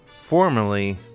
formerly